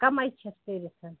کَمٕے چھَس کٔرِتھ